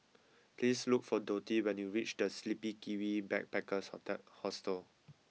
please look for Dottie when you reach The Sleepy Kiwi Backpackers Hotel Hostel